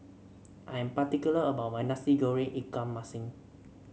I am particular about my Nasi Goreng Ikan Masin